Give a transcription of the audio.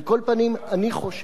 על כל פנים, אני חושש,